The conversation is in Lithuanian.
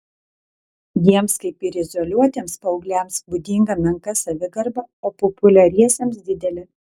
jiems kaip ir izoliuotiems paaugliams būdinga menka savigarba o populiariesiems didelė